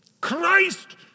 Christ